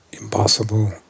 Impossible